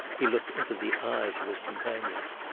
he looked into the eyes of his companions.